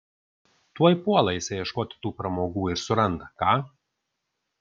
tuoj puola jisai ieškoti tų pramogų ir suranda ką